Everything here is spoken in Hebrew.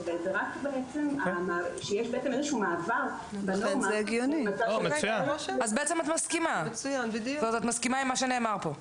כשיש מעבר --- אז את בעצם מסכימה עם מה שנאמר פה.